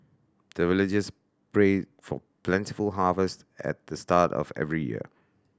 the villagers pray for plentiful harvest at the start of every year